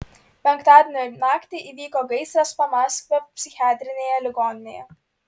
penktadienio naktį įvyko gaisras pamaskvio psichiatrinėje ligoninėje